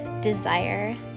desire